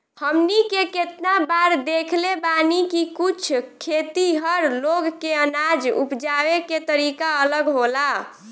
हमनी के केतना बार देखले बानी की कुछ खेतिहर लोग के अनाज उपजावे के तरीका अलग होला